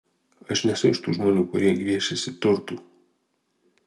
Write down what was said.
aš nesu iš tų žmonių kurie gviešiasi turtų